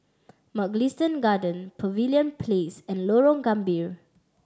Mugliston Garden Pavilion Place and Lorong Gambir